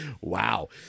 Wow